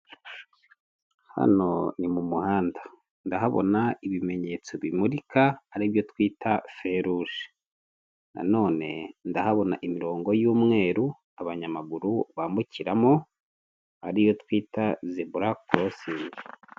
Hano ni mu muhanda ndahabona ibimenyetso bimurika aribyo twita feruje nano ndahabona imirongo yumweru abanyamaguru bambukiramo, ariyo twita zebura korosingi.